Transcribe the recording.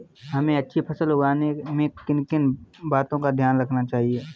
हमें अच्छी फसल उगाने में किन किन बातों का ध्यान रखना चाहिए?